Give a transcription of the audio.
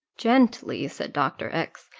gently, said dr. x,